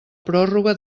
pròrroga